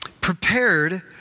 prepared